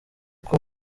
uko